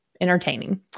entertaining